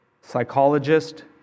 psychologist